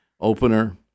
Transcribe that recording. Opener